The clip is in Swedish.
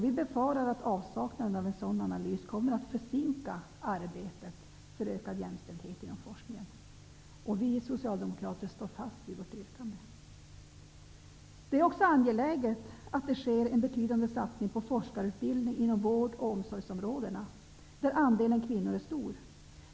Vi befarar att avsaknaden av en sådan analys kommer att försinka arbetet för ökad jämställdhet inom forskningen. Vi socialdemokrater står fast vid vårt yrkande. Det är också angeläget att det sker en betydande satsning på forskarutbildning inom vård och omsorgsområdena, där andelen kvinnor är stor.